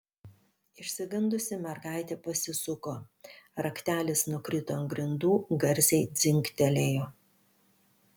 išsigandusi mergaitė pasisuko raktelis nukrito ant grindų garsiai dzingtelėjo